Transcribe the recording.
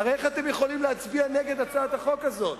איך אתם יכולים להצביע נגד הצעת החוק הזאת?